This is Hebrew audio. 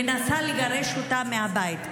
שמנסה לגרש אותה מהבית.